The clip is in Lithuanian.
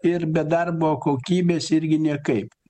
ir be darbo kokybės irgi niekaip